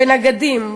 בנגדים,